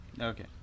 Okay